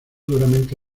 duramente